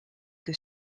que